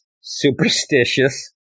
superstitious